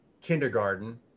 kindergarten